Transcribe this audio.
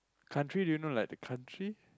country do you know like the country